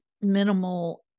minimal